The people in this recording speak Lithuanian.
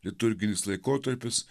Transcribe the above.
liturginis laikotarpis